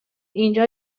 اینجا